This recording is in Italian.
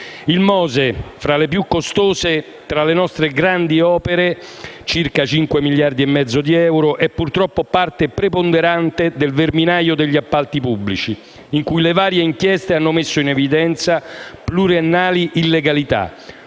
Il MOSE, fra le più costose tra le nostre grandi opere (circa 5 miliardi e mezzo di euro), è purtroppo parte preponderante del verminaio degli appalti pubblici, in cui le varie inchieste hanno messo in evidenza pluriennali illegalità.